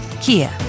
Kia